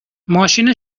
ماشین